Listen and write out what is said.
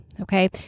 okay